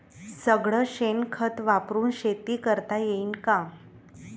सगळं शेन खत वापरुन शेती करता येईन का?